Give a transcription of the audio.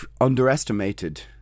underestimated